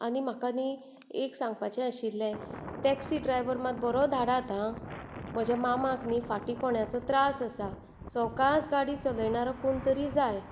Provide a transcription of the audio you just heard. आनी म्हाका नी एक सांगपाचें आशिल्लें टॅक्सी ड्रायवर मात बरो धाडात हां म्हाजा मामाक नी फाटीं कोण्याचो त्रास आसा सवकास गाडी चलयणारो कोण तरी जाय